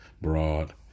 broad